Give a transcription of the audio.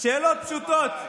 שאלות פשוטות.